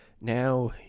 now